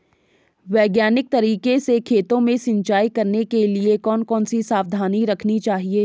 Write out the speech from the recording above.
वैज्ञानिक तरीके से खेतों में सिंचाई करने के लिए कौन कौन सी सावधानी रखनी चाहिए?